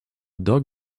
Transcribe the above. dog